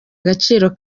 agaciro